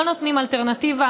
לא נותנים אלטרנטיבה,